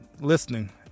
listening